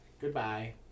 Goodbye